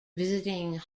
visiting